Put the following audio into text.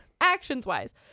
Actions-wise